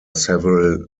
several